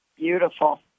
Beautiful